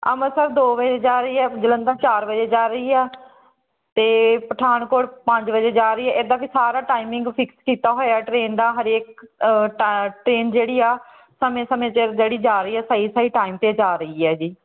ਅੰਮ੍ਰਿਤਸਰ ਦੋ ਵਜੇ ਜਾ ਰਹੀ ਹੈ ਜਲੰਧਰ ਚਾਰ ਵਜੇ ਜਾ ਰਹੀ ਆ ਅਤੇ ਪਠਾਨਕੋਟ ਪੰਜ ਵਜੇ ਜਾ ਰਹੀ ਹੈ ਇੱਦਾਂ ਕਿ ਸਾਰਾ ਟਾਈਮਿੰਗ ਫਿਕਸ ਕੀਤਾ ਹੋਇਆ ਟਰੇਨ ਦਾ ਹਰੇਕ ਟਾ ਟ੍ਰੇਨ ਜਿਹੜੀ ਆ ਸਮੇਂ ਸਮੇਂ ਸਿਰ ਜਿਹੜੀ ਜਾ ਰਹੀ ਹੈ ਸਹੀ ਸਹੀ ਟਾਈਮ 'ਤੇ ਜਾ ਰਹੀ ਹੈ ਜੀ